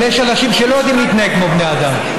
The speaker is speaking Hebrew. אבל יש אנשים שלא יודעים להתנהג כמו אדם,